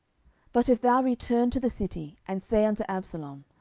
but if thou return to the city, and say unto absalom,